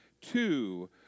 two